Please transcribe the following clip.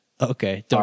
Okay